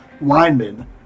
linemen